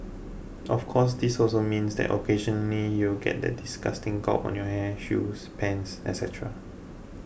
of course this also means that occasionally you'll get that disgusting gob on your hair shoes pants etcetera